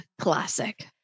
classic